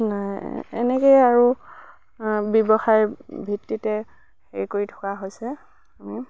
এনেকৈয়ে আৰু ব্যৱসায় ভিত্তিতে হেৰি কৰি থকা হৈছে আমি